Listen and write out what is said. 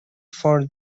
for